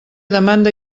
demanda